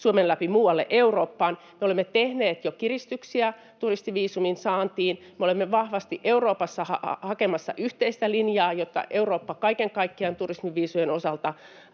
Suomen läpi muualle Eurooppaan. Me olemme tehneet jo kiristyksiä turistiviisumin saantiin, me olemme vahvasti Euroopassa hakemassa yhteistä linjaa, jotta Eurooppa kaiken kaikkiaan turismiviisumien osalta